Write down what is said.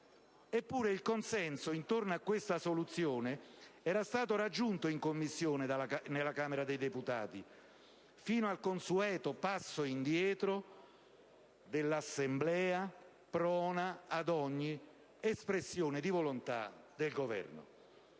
Eppure, il consenso intorno a questa soluzione era stato raggiunto in Commissione alla Camera dei deputati fino al consueto passo indietro dell'Assemblea, prona ad ogni espressione di volontà del Governo.